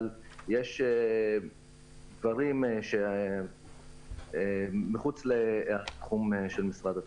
אבל יש דברים מחוץ לתחום של משרד התחבורה.